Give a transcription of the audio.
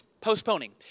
postponing